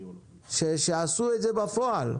שעשו את זה בפועל.